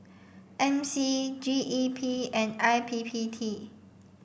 M C G E P and I P P T